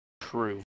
True